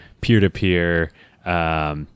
peer-to-peer